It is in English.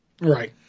right